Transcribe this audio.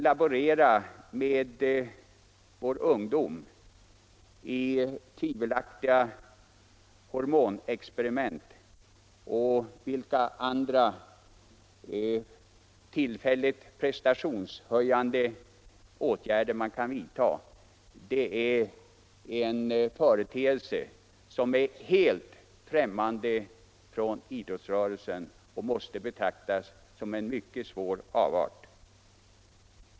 Laborerandet med vår ungdom i tvivelaktiga hormonexperiment och med andra tillfälligt prestationshöjande åtgärder är en företeelse som är helt främmande för idrottsrörelsen och måste betraktas som en mycket svår avart.